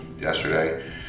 yesterday